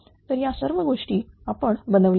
तर या सर्व गोष्टी आपण बनवलेल्या आहेत